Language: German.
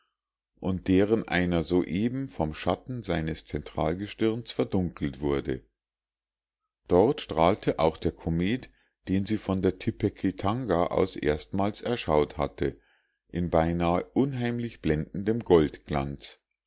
und deren einer soeben vom schatten seines zentralgestirns verdunkelt wurde dort strahlte auch der komet den sie von der tipekitanga aus erstmals erschaut hatte in beinahe unheimlich blendendem goldglanz